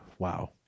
Wow